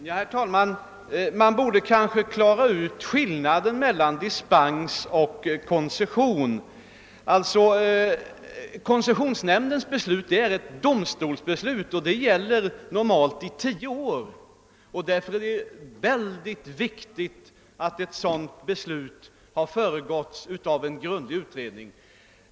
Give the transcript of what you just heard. Herr talman! Man borde kanske reda ut skillnaden mellan dispens och koncession. Koncessionsnämndens beslut är att likna vid ett domstolsbeslut och gäller normalt i tio år, och därför är det synnerligen viktigt att det föregås av en grundlig utredning.